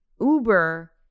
Uber